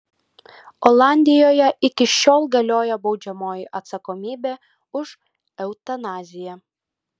olandijoje iki šiol galioja baudžiamoji atsakomybė už eutanaziją